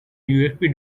usb